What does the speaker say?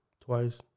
Twice